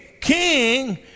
king